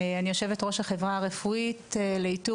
אני יושבת-ראש החברה הרפואית לאיתור